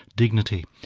dignity.